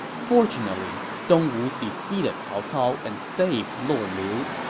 fortunately, dongwu defeated cao cao and saved lord liu.